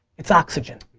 it's oxygen.